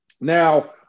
Now –